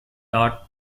dot